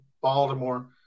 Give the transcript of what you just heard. Baltimore –